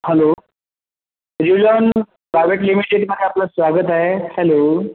hello ल्युल्यॉन private लिमिटेडमध्ये आपलं स्वागत आहे हॅलो